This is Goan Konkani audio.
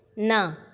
ना